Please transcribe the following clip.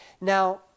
Now